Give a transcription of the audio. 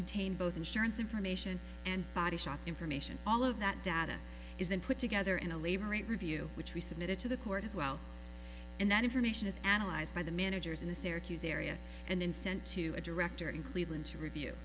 contain both insurance information and body shop information all of that data is then put together in a labor rate review which we submitted to the court as well and that information is analyzed by the managers in the syracuse area and then sent to a director in cleveland to review